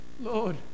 Lord